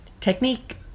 technique